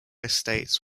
estates